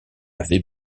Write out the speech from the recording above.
avait